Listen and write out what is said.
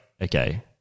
okay